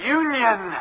union